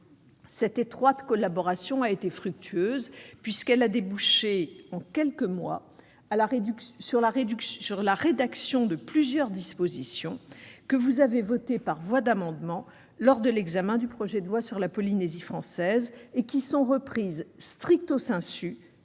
Cette étroite collaboration a été fructueuse, puisqu'elle a débouché, en quelques mois, sur la rédaction de plusieurs dispositions, que vous avez votées par voie d'amendements lors de l'examen du projet de loi sur la Polynésie française et qui sont reprises dans